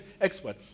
expert